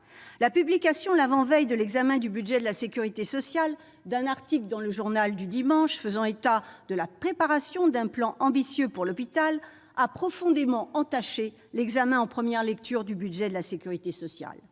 La publication, l'avant-veille de l'examen du budget de la sécurité sociale, d'un article dans le faisant état de la préparation d'un « plan ambitieux pour l'hôpital » a profondément entaché l'examen en première lecture du budget de la sécurité sociale.